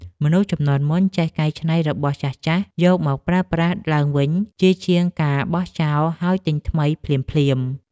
មនុស្សជំនាន់មុនចេះកែច្នៃរបស់ចាស់ៗយកមកប្រើប្រាស់ឡើងវិញជាជាងការបោះចោលហើយទិញថ្មីភ្លាមៗ។